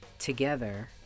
together